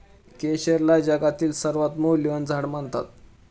केशरला जगातील सर्वात मौल्यवान झाड मानतात